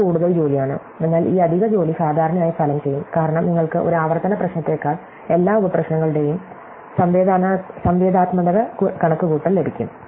ഇത് കൂടുതൽ ജോലിയാണ് എന്നാൽ ഈ അധിക ജോലി സാധാരണയായി ഫലം ചെയ്യും കാരണം നിങ്ങൾക്ക് ഒരു ആവർത്തന പ്രശ്നത്തേക്കാൾ എല്ലാ ഉപ പ്രശ്നങ്ങളുടെയും സംവേദനാത്മക കണക്കുകൂട്ടൽ ലഭിക്കും